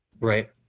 Right